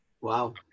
Wow